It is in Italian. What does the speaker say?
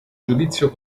giudizio